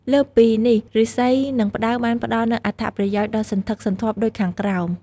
លើសពីនេះឫស្សី និងផ្តៅបានផ្តល់នូវអត្ថប្រយោជន៍ដ៏សន្ធឹកសន្ធាប់ដូចខាងក្រោម។